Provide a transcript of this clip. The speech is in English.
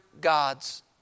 gods